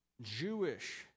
Jewish